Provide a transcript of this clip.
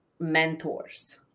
mentors